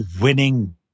winning